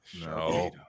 No